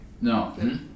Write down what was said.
No